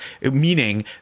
meaning